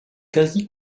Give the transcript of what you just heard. quasi